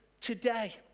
today